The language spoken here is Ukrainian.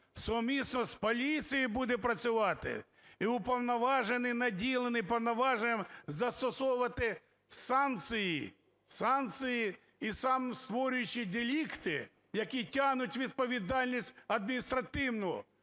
сумісно з поліцією буде працювати, і уповноважений, наділений повноваженнями застосовувати санкції, і сам створюючи делікти, які тягнуть відповідальність адміністративну.